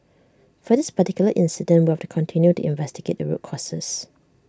for this particular incident we have to continue to investigate the root causes